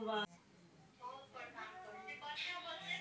tax avoidance वैज्ञानिक तरीका से टैक्स देवे से बचे के उपाय ह